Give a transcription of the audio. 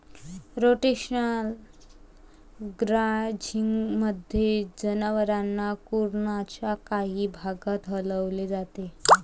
rotational ग्राझिंगमध्ये, जनावरांना कुरणाच्या काही भागात हलवले जाते